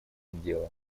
дело